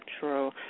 true